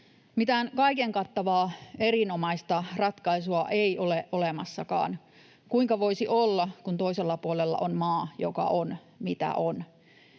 Mitään kaiken kattavaa, erinomaista ratkaisua ei ole olemassakaan — kuinka voisi olla, kun toisella puolella on maa, joka on, mitä on?